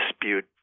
dispute